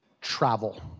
Travel